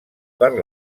per